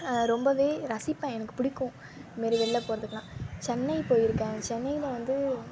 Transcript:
ரொம்பவே ரசிப்பேன் எனக்கு பிடிக்கும் இது மாரி வெளில போகிறதுலாம் சென்னை போயிருக்கேன் சென்னையில் வந்து